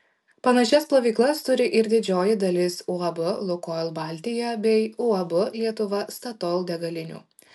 panašias plovyklas turi ir didžioji dalis uab lukoil baltija bei uab lietuva statoil degalinių